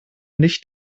nicht